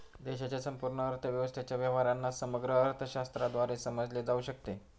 देशाच्या संपूर्ण अर्थव्यवस्थेच्या व्यवहारांना समग्र अर्थशास्त्राद्वारे समजले जाऊ शकते